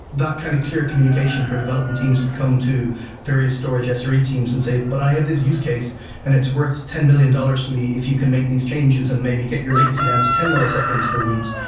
that kind of clear communication for development teams would come to various storage sre teams and say, but i have this use case and it's worth ten million dollars to me if you can make these changes and maybe get your legacy down to ten milliseconds for reads.